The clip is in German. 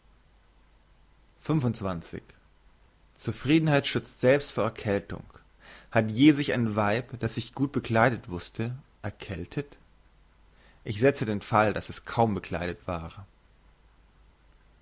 zufriedenheit schützt selbst vor erkältung hat je sich ein weib das sich gut bekleidet wusste erkältet ich setze den fall das es kaum bekleidet war